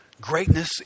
greatness